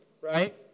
right